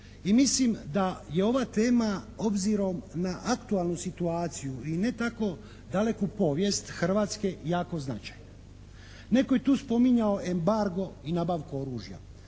I mislim da je ova tema obzirom na aktualnu situaciju i ne tako daleku povijest Hrvatske jako značajna. Netko je tu spominjao embargo i nabavku oružja.